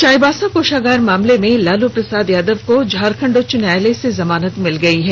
चाईबासा कोषागार मामले में लालू प्रसाद को झारखंड उच्च न्यायालय से जमानत मिल गयी है